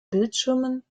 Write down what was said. bildschirmen